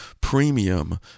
premium